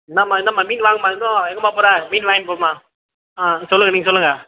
இந்தாம்மா இந்தாம்மா மீன் வாங்கும்மா இங்கேவா எங்கேம்மா போகிற மீன் வாங்கிட்டு போம்மா ஆ சொல்லுங்கள் நீங்கள் சொல்லுங்கள்